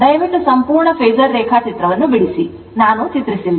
ದಯವಿಟ್ಟು ಸಂಪೂರ್ಣ ಫೇಸರ್ ರೇಖಾಚಿತ್ರವನ್ನು ಬಿಡಿಸಿ ನಾನು ಚಿತ್ರಿಸಿಲ್ಲ